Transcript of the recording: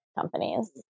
companies